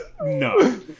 No